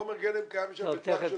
חומר גלם קיים שם בטווח של דקות.